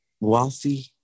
wealthy